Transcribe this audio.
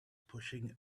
pushing